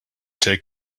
take